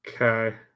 Okay